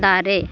ᱫᱟᱨᱮ